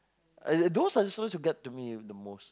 I those suggestions will get to me the most